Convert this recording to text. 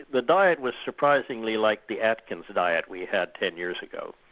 the diet was surprisingly like the atkins diet we had ten years ago,